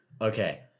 okay